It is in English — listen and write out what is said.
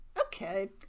Okay